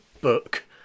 book